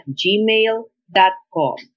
gmail.com